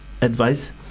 advice